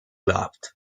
loved